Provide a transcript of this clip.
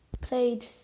played